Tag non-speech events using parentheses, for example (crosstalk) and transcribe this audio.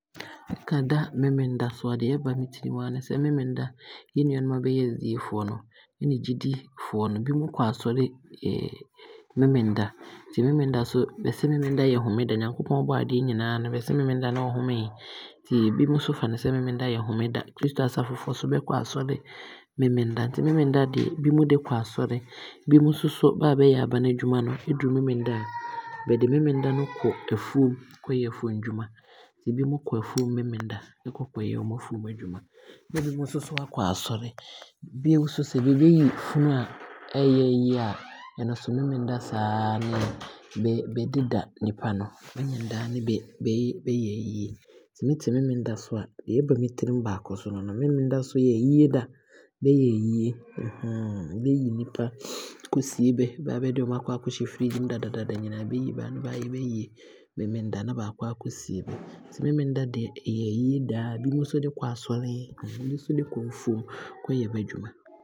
Bɛka da memenda nso a adeɛ a ɛba me tirim aa ne sɛ, memenda yɛnuanom a bɛyɛ SDA foɔ no, ɛne gyedifoɔ no bi mo kɔ asɔre (hesitation) memenda. Nti bɛse memenda nso yɛ homeda, Nyankopɔn bɔɔ adeɛ nyinaa no bɛse memenda ne ɔhomeeɛ, (hesitation) ɛbi mo nso fa ne sɛ memenda yɛ homeda. Kristo Asafofoɔ nso bɛkɔ asɔre memenda, nti memenda deɛ bi mo de kɔ asɔre. Ɛbi mo nso so, bɛ a bɛyɛ abane adwuma no nso, ɛduru memeneda a, bɛde memenda no kɔ afuom, kɔyɛ afuom nnwuma. Ɛbi mo kɔ afuom memenda de kɔ kɔ yɛ wɔn afuom nnwuma, ne bi mo nso so aakɔ asɔre. Bio nso, sɛ bɛɛyi funu a, aayɛɛ ayie a, ɛno nso memenda saa ne bɛde deda nipa he, memenda ne bɛ bɛyɛ ayie. Nti sɛ mete memenda nso a, deɛ ɛba me tirim baako nso ne no. Memenda nso yɛ ayie da, bɛyɛ ayie (hesitation) bɛyin nnipa (noise) kɔsie bɛ, bɛ a bɛde ɔmo akɔhyɛ fridge mu dadadada nyinaa bɛyi bɛ, na bɛ aayɛ bayie memenda na baakɔsie bɛ. Nti memenda deɛ ɛyɛ ayie da, bi mo nso de kɔ asɔre, bi mo nso de kɔ nfuom kɔyɛ bɛ adwum.